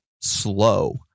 slow